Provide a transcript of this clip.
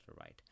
right